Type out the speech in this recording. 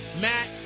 Matt